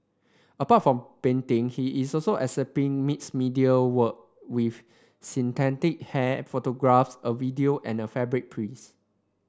apart from painting he is also exhibiting mixed media work with synthetic hair photographs a video and a fabric